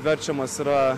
verčiamas yra